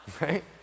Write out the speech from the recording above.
Right